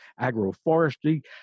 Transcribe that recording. agroforestry